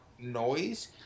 noise